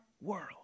world